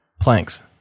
Planks